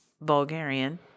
Bulgarian